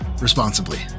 responsibly